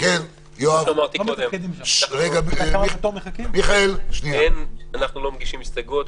אנחנו לא מגישים הסתייגויות,